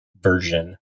version